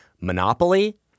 monopoly